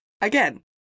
Again